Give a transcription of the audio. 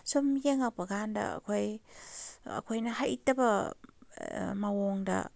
ꯁꯨꯝ ꯌꯦꯡꯉꯛꯄ ꯀꯥꯟꯗ ꯑꯩꯈꯣꯏ ꯑꯩꯈꯣꯏꯅ ꯍꯩꯇꯕ ꯃꯑꯣꯡꯗ